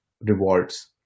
rewards